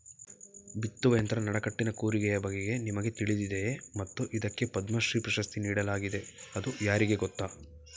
ಬಿತ್ತುವ ಯಂತ್ರ ನಡಕಟ್ಟಿನ ಕೂರಿಗೆಯ ಬಗೆಗೆ ನಿಮಗೆ ತಿಳಿದಿದೆಯೇ ಮತ್ತು ಇದಕ್ಕೆ ಪದ್ಮಶ್ರೀ ಪ್ರಶಸ್ತಿ ನೀಡಲಾಗಿದೆ ಅದು ಯಾರಿಗೆ ಗೊತ್ತ?